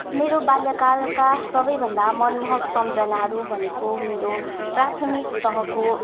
मेरो बाल्यकालका सबैभन्दा मनमोहक सम्झनाहरू भनेको मेरो प्राथमिक तहको